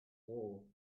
war